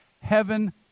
Heaven